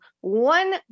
one